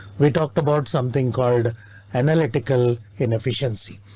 we talked about something called analytical inefficiency.